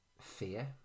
fear